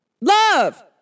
Love